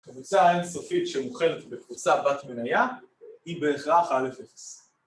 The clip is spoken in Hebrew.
קבוצה אינסופית שמוחלת בקבוצה בת מניה, היא בהכרח אלף אפס